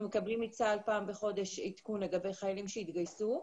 אנחנו מקבלים מצה"ל פעם בחודש עדכון לגבי חיילים שהתגייסו.